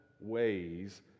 ways